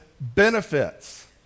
benefits